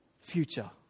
future